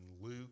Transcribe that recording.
Luke